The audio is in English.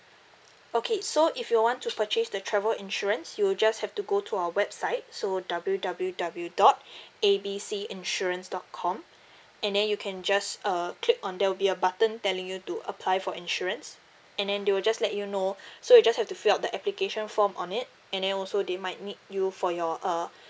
okay so if you want to purchase the travel insurance you'll just have to go to our website so W W W dot A B C insurance dot com and then you can just uh click on there will be a button telling you to apply for insurance and then they will just let you know so you just have to fill up that application form on it and then also they might need you for your uh